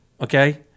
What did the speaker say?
okay